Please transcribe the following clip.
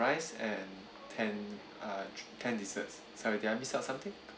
rice and ten uh ten desserts sorry did I miss out something